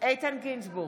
איתן גינזבורג,